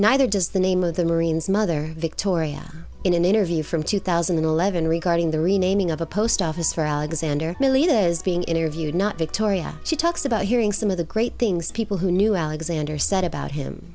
neither does the name of the marines mother victoria in an interview from two thousand and eleven regarding the renaming of a post office for alexander milly that is being interviewed not victoria she talks about hearing some of the great things people who knew alexander said about him